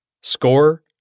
Score